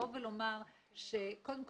קודם כל,